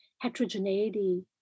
heterogeneity